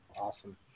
Awesome